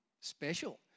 Special